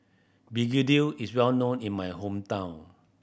begedil is well known in my hometown